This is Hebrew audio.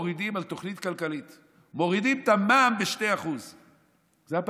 היו מורידים בתוכנית כלכלית את המע"מ ב-2% הכסף,